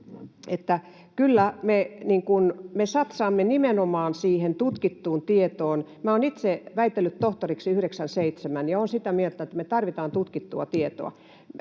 kyllä, me satsaamme nimenomaan siihen tutkittuun tietoon. Minä olen itse väitellyt tohtoriksi 97 ja olen sitä mieltä, että me tarvitaan tutkittua tietoa.